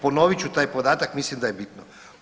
Ponovit ću taj podatak mislim da je bitno.